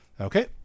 Okay